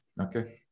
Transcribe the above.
Okay